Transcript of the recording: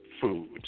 food